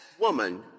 woman